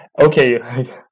okay